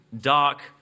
dark